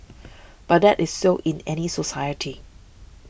but that is so in any society